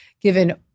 given